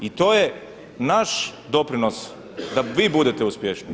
I to je naš doprinos da vi budete uspješniji.